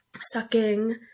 sucking